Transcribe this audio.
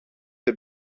der